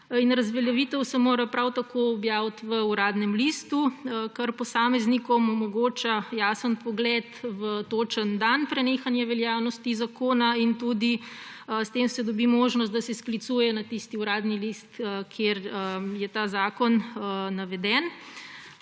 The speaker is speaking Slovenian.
Razveljavitev se mora prav tako objaviti v Uradnem listu, kar posameznikom omogoča jasen vpogled v točen dan prenehanja veljavnosti zakona. S tem se dobi tudi možnost, da se sklicuje na tisti Uradni list, kjer je ta zakon naveden.